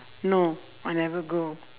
no I never go